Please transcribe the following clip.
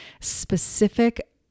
specific